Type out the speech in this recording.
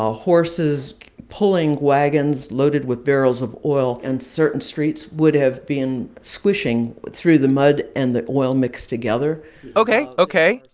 ah horses pulling wagons loaded with barrels of oil. and certain streets would have been squishing through the mud and the oil mixed together ok. ok,